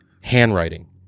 handwriting